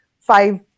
five